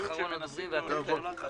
אחרון הדוברים, ואתם תציגו.